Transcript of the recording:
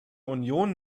union